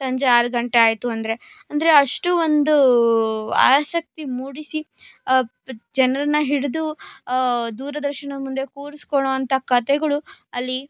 ಸಂಜೆ ಆರು ಗಂಟೆ ಆಯಿತು ಅಂದರೆ ಅಂದರೆ ಅಷ್ಟು ಒಂದು ಆಸಕ್ತಿ ಮೂಡಿಸಿ ಜನ್ರನ್ನು ಹಿಡಿದು ದೂರದರ್ಶನದ ಮುಂದೆ ಕೂರಿಸ್ಕೊಳ್ಳುವಂಥ ಕಥೆಗಳು ಅಲ್ಲಿ